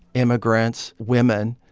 immigrants, women.